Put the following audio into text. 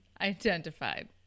identified